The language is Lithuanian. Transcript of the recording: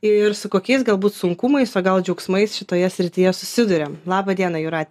ir su kokiais galbūt sunkumais o gal džiaugsmais šitoje srityje susiduriam laba diena jūrate